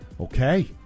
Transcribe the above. Okay